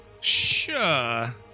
sure